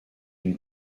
une